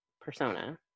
persona